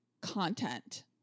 content